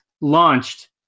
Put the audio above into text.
launched